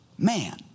Man